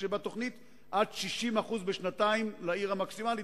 שבתוכנית עד 60% בשנתיים לעיר המקסימלית,